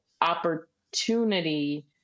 opportunity